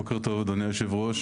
בוקר טוב אדוני היושב-ראש,